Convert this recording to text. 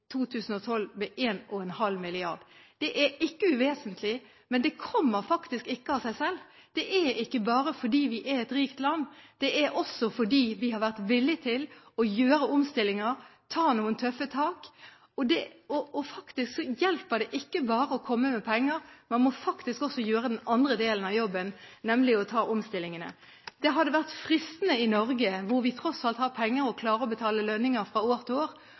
2012 med 1,5 mrd. kr. Det er ikke uvesentlig, men det kommer faktisk ikke av seg selv. Det er ikke bare fordi vi er et rikt land – det er også fordi vi har vært villig til å gjøre omstillinger, ta noen tøffe tak. Og faktisk hjelper det ikke bare å komme med penger – man må også gjøre den andre delen av jobben, nemlig å gjøre omstillingene. Det hadde vært fristende i Norge, hvor vi tross alt har penger og klarer å betale lønninger fra år til år,